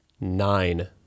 Nine